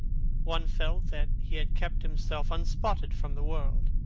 one felt that he had kept himself unspotted from the world.